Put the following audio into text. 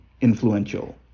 influential